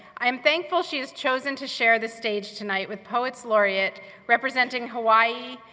i am thankful she has chosen to share the stage tonight with poets laureate representing hawaii,